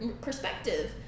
perspective